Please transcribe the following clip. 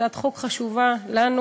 זאת הצעת חוק חשובה לנו,